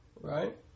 right